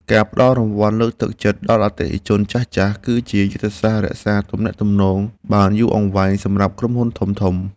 ការផ្តល់រង្វាន់លើកទឹកចិត្តដល់អតិថិជនចាស់ៗ គឺជាយុទ្ធសាស្ត្ររក្សាទំនាក់ទំនងបានយូរអង្វែងសម្រាប់ក្រុមហ៊ុនធំៗ។